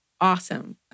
awesome